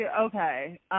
Okay